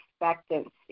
expectancy